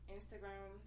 Instagram